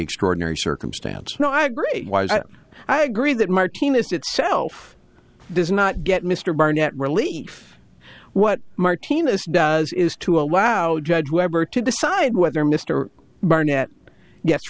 extraordinary circumstance no i agree i agree that martinez itself does not get mr barnett relief what martinez does is to allow judge webber to decide whether mr barnett yes